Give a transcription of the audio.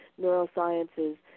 neurosciences